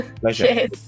pleasure